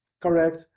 Correct